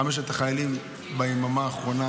חמשת החיילים ביממה האחרונה,